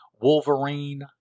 Wolverine